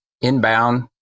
inbound